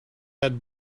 had